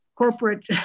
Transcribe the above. corporate